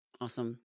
Awesome